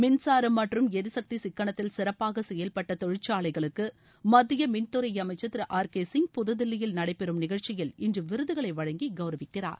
மின்சாரம் மற்றும் எரிசக்தி சிக்கனத்தில் சிறப்பாக செயல்பட்ட தொழிற்சாலைகளுக்கு மத்திய மின்துறை அமைச்சர் திரு ஆர் கே சிங் புதுதில்லியில் நடைபெறம் நிகழ்ச்சியில் இன்று விருதுகளை வழங்கி கவுரவிக்கிறார்